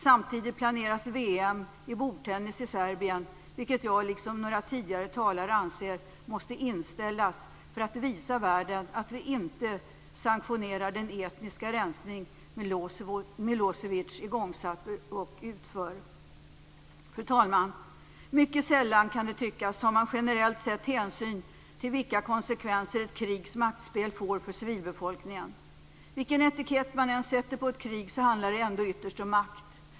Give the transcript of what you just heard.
Samtidigt planeras VM i bordtennis i Serbien, vilket jag liksom några tidigare talare anser måste inställas för att visa världen att vi inte sanktionerar den etniska rensning som Milosevic igångsatt och utför. Fru talman! Mycket sällan kan det tyckas att man generellt sett tar hänsyn till vill vilka konsekvenser ett krigs maktspel får för civilbefolkningen. Vilken etikett man än sätter på ett krig handlar det ändå ytterst om makt.